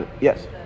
Yes